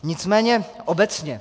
Nicméně obecně.